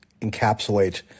encapsulate